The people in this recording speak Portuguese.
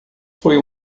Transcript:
foi